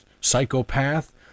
psychopath